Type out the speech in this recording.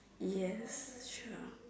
yes sure